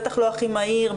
בטח לא הכי מהיר,